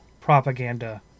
propaganda